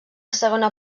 segona